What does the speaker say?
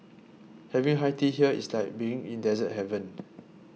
having high tea here is like being in dessert heaven